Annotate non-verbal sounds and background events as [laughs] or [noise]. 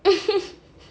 [laughs]